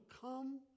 come